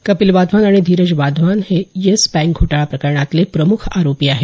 कपिल वाधवान आणि धीरज वाधवान हे Yes Bank घोटाळा प्रकरणातले प्रमुख आरोपी आहेत